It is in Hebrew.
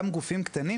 גם גופים קטנים,